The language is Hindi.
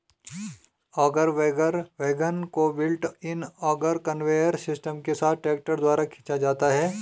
ऑगर वैगन को built in auger conveyor system के साथ ट्रैक्टर द्वारा खींचा जाता है